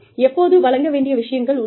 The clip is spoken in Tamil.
எப்போது வழங்க வேண்டிய விஷயங்கள் உள்ளன